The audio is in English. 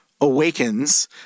awakens